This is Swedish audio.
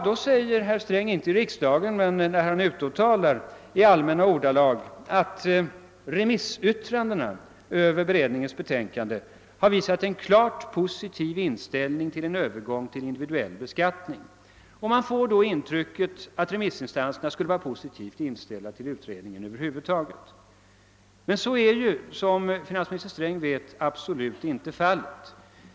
Där säger herr Sträng — inte här i riksdagen men när han är ute och talar på andra platser — i allmänna ordalag att remissyttrandena över beredningens betänkande har visat en klart positiv inställning till en övergång till individuell beskattning. Man får då det intrycket att remissinstanserna är positivt inställda till beredningen över huvud taget. Men så är inte alls fallet, som finansministern också vet.